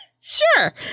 sure